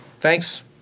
thanks